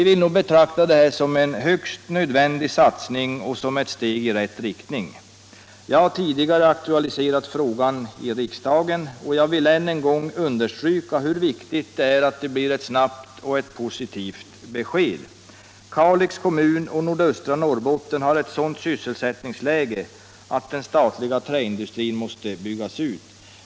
Vi betraktar detta som en högst nödvändig satsning och som ett steg i rätt riktning. Jag har tidigare aktualiserat frågan i riksdagen, och jag vill än en gång understryka hur viktigt det är att det blir ett snabbt och positivt besked. Kalix och nordöstra Norrbotten har ett sådant sysselsättningsläge att den statliga träindustrin måste byggas ut.